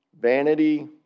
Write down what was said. vanity